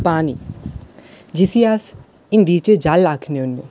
पानी जिस्सी अस हिंदी च जल आखने होन्ने